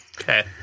Okay